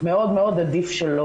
מאוד מאוד עדיף שלא,